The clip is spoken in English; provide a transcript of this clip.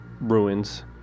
ruins